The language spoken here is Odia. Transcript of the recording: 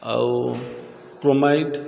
ଆଉ କ୍ରୋମାଇଟ୍